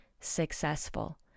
Successful